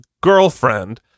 girlfriend